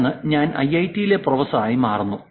പെട്ടെന്ന് ഞാൻ ഐഐടിയിലെ പ്രൊഫസറായി മാറുന്നു